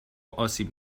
آسیب